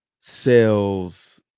sales